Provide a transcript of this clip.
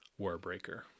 Warbreaker